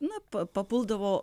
na pa papuldavo